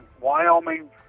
Wyoming